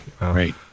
Right